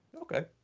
Okay